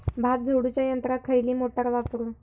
भात झोडूच्या यंत्राक खयली मोटार वापरू?